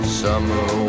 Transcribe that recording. summer